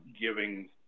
giving